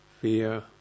fear